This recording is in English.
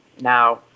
now